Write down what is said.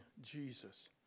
Jesus